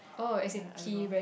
ya I don't know